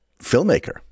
filmmaker